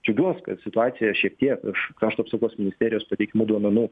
džiaugiuos kad situacija šiek tiek iš krašto apsaugos ministerijos pateikiamų duomenų